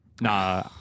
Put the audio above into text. Nah